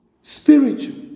Spiritual